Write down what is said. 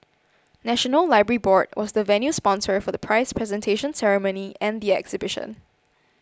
National Library Board was the venue sponsor for the prize presentation ceremony and the exhibition